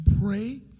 pray